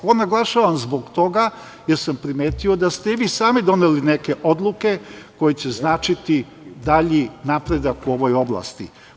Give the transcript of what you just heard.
To naglašavam zbog toga, jer sam primetio da ste i vi sami doneli neke odluke koje će značiti dalji napredak u ovoj oblasti.